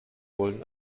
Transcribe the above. wollen